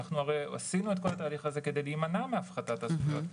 הרי עשינו את כל התהליך הזה כדי להימנע מהפחתת זכויות.